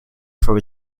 for